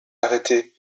arrêtée